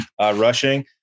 rushing